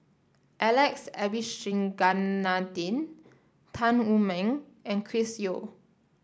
Alex Abisheganaden Tan Wu Meng and Chris Yeo